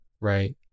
right